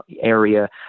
area